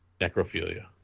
necrophilia